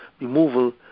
removal